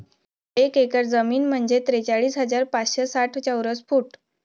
एक एकर जमीन म्हणजे त्रेचाळीस हजार पाचशे साठ चौरस फूट